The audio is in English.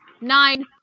nine